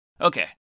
Okay